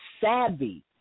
savvy